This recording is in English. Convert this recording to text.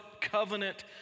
covenant